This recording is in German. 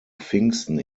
pfingsten